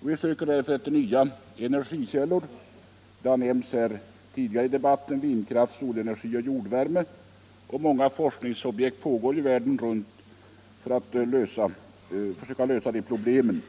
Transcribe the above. Vi söker därför efter nya energikällor. Tidigare här i debatten har nämnts vindkraft, solenergi och jordvärme. Många forskningsprojekt pågår världen runt för att försöka lösa problemen kring dessa energikällor.